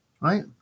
right